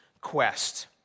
quest